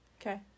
okay